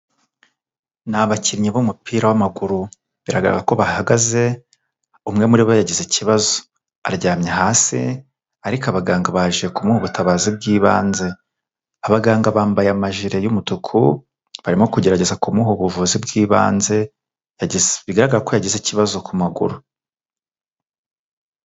Ni abakinnyi b'umupira w'amaguru, biragaragara ko bahagaze, umwe muri bo yagize ikibazo, aryamye hasi ariko abaganga baje kumuha ubutabazi bw'ibanze, abaganga bambaye amajire y'umutuku, barimo kugerageza kumuha ubuvuzi bw'ibanze, bigaragara ko yagize ikibazo ku maguru.